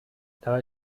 dabei